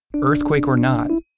earthquake or not.